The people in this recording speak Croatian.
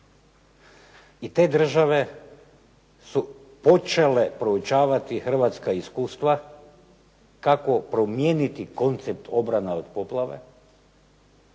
I te države su počele proučavati hrvatska iskustva kako promijeniti koncept obrane od poplave,